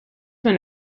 been